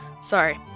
sorry